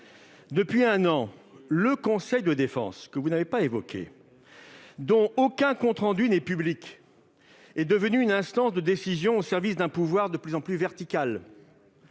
pas évoqué le conseil de défense. Depuis un an, ce conseil, dont aucun compte rendu n'est public, est devenu une instance de décision au service d'un pouvoir de plus en plus vertical.